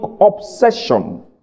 obsession